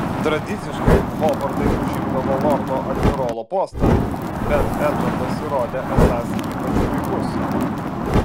tradiciškai hovardai užimdavo lordo admirolo postą bet edvardas įrodė esąs ypač puikus